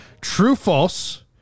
True-false